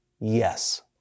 Yes